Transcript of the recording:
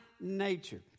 nature